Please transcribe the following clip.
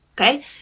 okay